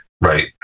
right